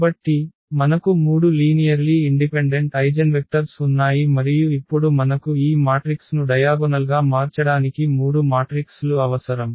కాబట్టి మనకు 3 linearly independent eigenvectors ఉన్నాయి మరియు ఇప్పుడు మనకు ఈ మాట్రిక్స్ను డయాగొనల్గా మార్చడానికి 3 మాట్రిక్స్ లు అవసరం